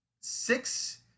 six